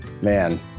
Man